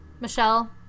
Michelle